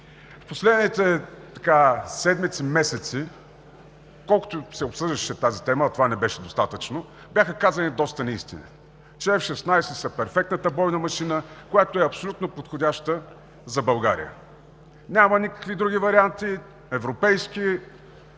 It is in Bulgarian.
В последните седмици, месеци, колкото и да се обсъждаше тази тема, а това не беше достатъчно, бяха казани доста неистини – че F-16 са перфектната бойна машина, която е абсолютно подходяща за България. Няма никакви други варианти – европейски,